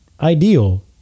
ideal